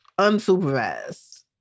unsupervised